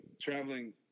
traveling